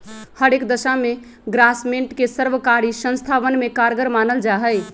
हर एक दशा में ग्रास्मेंट के सर्वकारी संस्थावन में कारगर मानल जाहई